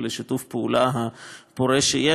ולשיתוף הפעולה הפורה שיש,